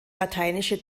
lateinische